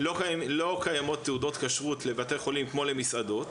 לא קיימות תעודות כשרות לבתי חולים כמו למסעדות